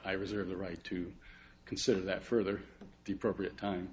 i reserve the right to consider that further the appropriate time